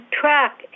track